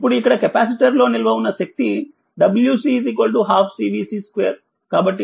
ఇప్పుడు ఇక్కడ కెపాసిటర్ లో నిల్వ ఉన్న శక్తి WC12 Cvc2కాబట్టి12 0